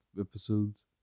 episodes